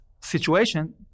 situation